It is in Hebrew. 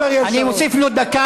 אני מוסיף לו זמן,